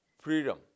freedom